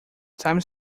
time